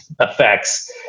effects